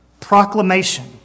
proclamation